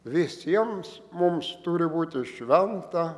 visiems mums turi būti šventa